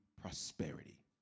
Prosperity